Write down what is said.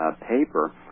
paper